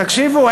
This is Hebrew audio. תקשיבו,